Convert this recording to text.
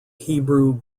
hebrew